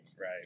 Right